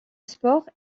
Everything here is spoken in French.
sport